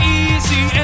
easy